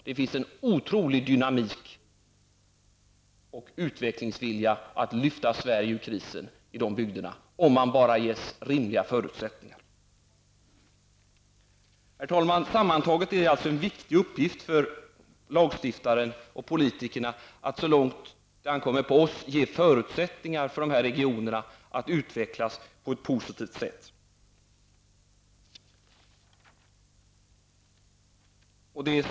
Det finns en otrolig dynamik och utvecklingsvilja, som kan lyfta de orterna i Sverige ur krisen om de bara ges rimliga förutsättningar. Herr talman! Sammantaget är det alltså en viktig uppgift för lagstiftarna och politikerna att så långt det ankommer på oss ge förutsättningar för dessa regioner att utvecklas på ett positivt sätt.